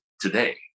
today